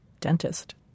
dentist